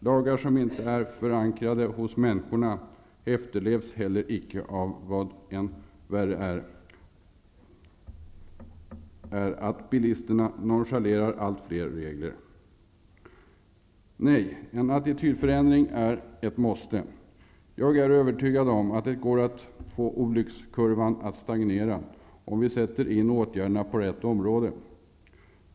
Lagar som inte är förankrade hos människorna efterlevs heller inte. Vad värre är, bilisterna nonchalerar allt fler regler. Nej, en attitydförändring är ett måste. Jag är övertygad om att det går att få olyckskurvan att stagnera om vi sätter in åtgärderna på rätt område.